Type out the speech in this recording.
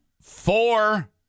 Four